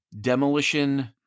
demolition